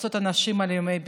לפצות אנשים על ימי בידוד.